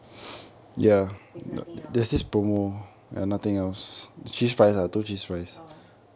with nothing else oh